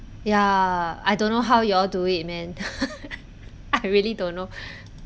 ya I don't know how you all do it man I really don't know